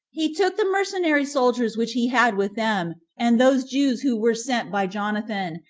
he took the mercenary soldiers which he had with them, and those jews who were sent by jonathan,